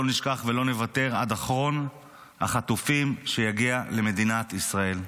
לא נשכח ולא נוותר עד שאחרון החטופים יגיע למדינת ישראל.